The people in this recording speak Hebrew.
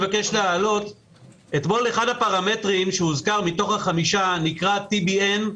אתמול אחד הפרמטרים שהוזכרו מתוך החמישה נקרא TBN,